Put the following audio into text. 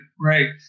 right